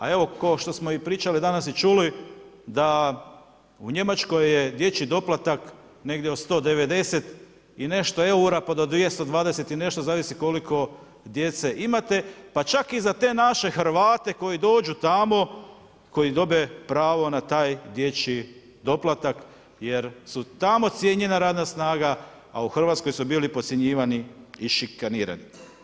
A evo kao što samo pričali danas i čuli da u Njemačkoj je dječji doplatak negdje od 190 i nešto eura pa do 220 i nešto zavisi koliko djece imate, pa čak i za te naše Hrvate koji dođu tamo koji dobe pravo na taj dječji doplatak jer su tamo cijenjena radna snaga, a u Hrvatskoj su bili podcjenjivani i šikanirani.